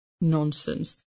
nonsense